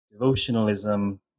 devotionalism